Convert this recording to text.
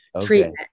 treatment